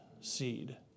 seed